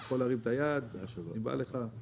אתה יכול להרים את היד אם בא לך.